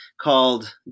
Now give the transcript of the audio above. called